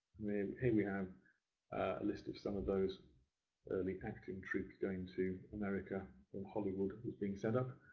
here we have a list of some of those early acting troupes going to america when hollywood was being set up.